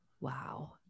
Wow